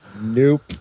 Nope